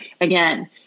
again